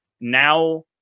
now